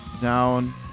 down